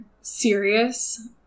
serious